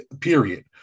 period